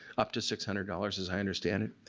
up to six hundred dollars as i understand it.